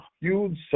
huge